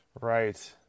right